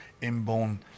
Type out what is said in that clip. inborn